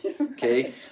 Okay